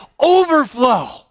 overflow